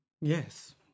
Yes